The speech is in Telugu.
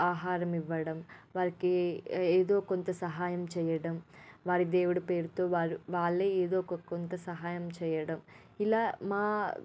ఆహారం ఇవ్వడం వారికి ఏదో కొంత సహాయం చేయడం వారి దేవుడి పేరుతో వారు వాళ్ళే ఏదో ఒక కొంత సహాయం చేయడం ఇలా మా